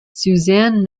suzanne